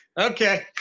Okay